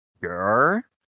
sure